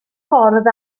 ffordd